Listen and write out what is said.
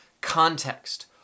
context